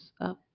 up